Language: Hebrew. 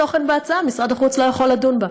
ועד שאין תוכן בהצעה משרד החוץ לא יכול לדון בה.